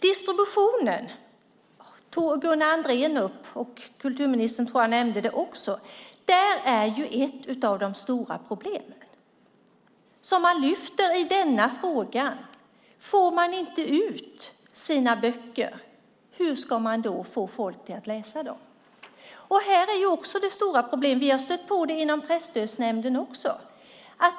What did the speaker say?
Distributionen tog Gunnar Andrén upp. Jag tror att också kulturministern nämnde det. Ett av de stora problemen, som man lyfter fram i denna fråga, är: Om man inte får ut sina böcker, hur ska man då få folk att läsa dem? Här är det också stora problem. Vi har stött på det också inom Presstödsnämnden.